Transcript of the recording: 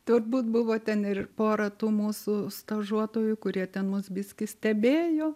turbūt buvo ten ir pora tų mūsų stažuotojų kurie ten mus biskį stebėjo